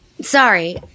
sorry